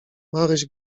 maryś